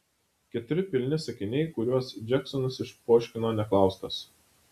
keturi pilni sakiniai kuriuos džeksonas išpoškino neklaustas